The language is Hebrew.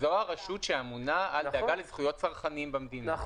זו הרשות שאמונה על הדאגה לזכויות צרכנים במדינה,